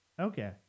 okay